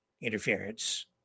interference